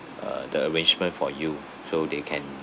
uh the arrangement for you so they can